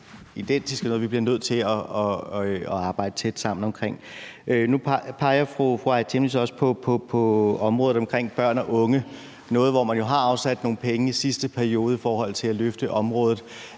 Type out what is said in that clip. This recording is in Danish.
Nu peger fru Aaja Chemnitz også på området børn og unge, hvor man jo har afsat nogle penge i sidste periode i forhold til at løfte området.